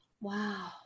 Wow